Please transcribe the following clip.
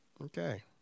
Okay